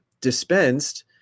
dispensed